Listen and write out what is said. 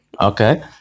Okay